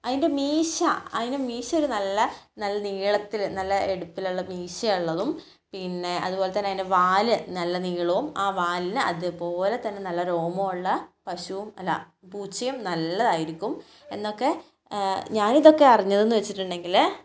അതിൻ്റെ മീശ അതിൻ്റെ മീശ ഒരു നല്ല നല്ല നീളത്തിൽ നല്ല എടുപ്പിലുള്ള മീശയുള്ളതും പിന്നെ അതുപോലെ തന്നെ അതിൻ്റെ വാൽ നല്ല നീളവും ആ വാലിന് അതുപോലെ തന്നെ നല്ല രോമവുമുള്ള പശുവും അല്ല പൂച്ചയും നല്ലതായിരിക്കും എന്നൊക്കെ ഞാനിതൊക്കെ അറിഞ്ഞതെന്ന് വച്ചിട്ടുണ്ടെങ്കിൽ